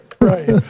right